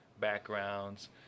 backgrounds